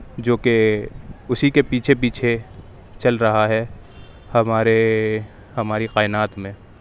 جو کہ اسی کے پیچھے پیچھے چل رہا ہے ہمارے ہماری کائنات میں